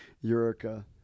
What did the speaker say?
Eureka